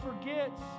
forgets